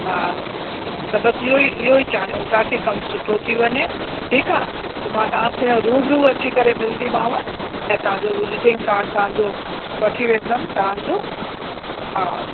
हा त बसि इहेई इहेई चाहियूं था की कम सुठो थी वञे ठीकु आहे पोइ मां तव्हांखे रूबरू अची करे मिलंदीमाव ऐं तव्हांजो विजिटिंग कार्ड तव्हांजो वठी वेंदमि तव्हांजो हा